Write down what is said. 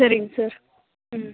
சரிங்க சார் ம்